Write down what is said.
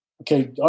Okay